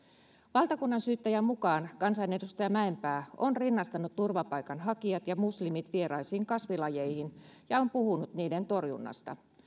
valtakunnansyyttäjän mukaan kansanedustaja mäenpää on rinnastanut turvapaikanhakijat ja muslimit vieraisiin kasvilajeihin ja on puhunut niiden torjunnasta